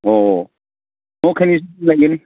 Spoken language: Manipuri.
ꯑꯣ ꯍꯣ ꯈꯩꯅꯤꯁꯨ ꯂꯩꯒꯅꯤ